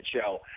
show